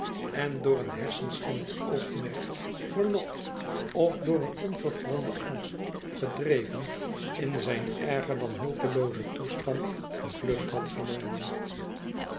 en door een hersenschimmig oogmerk verlokt of door een ongegronden angst gedreven in zijn erger dan hulpeloozen toestand de vlucht had genomen